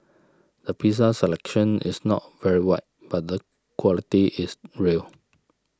the pizza selection is not very wide but the quality is real